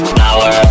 power